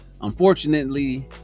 unfortunately